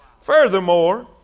Furthermore